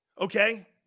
Okay